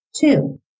Two